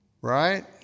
right